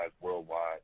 worldwide